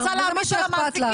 את רוצה להעמיס על המעסיקים?